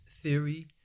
theory